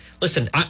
listen